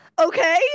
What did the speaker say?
okay